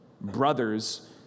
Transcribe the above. Brothers